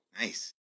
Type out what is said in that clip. nice